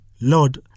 Lord